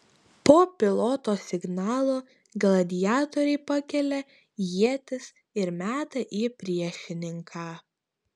po piloto signalo gladiatoriai pakelia ietis ir meta į priešininką